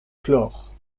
chlore